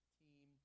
team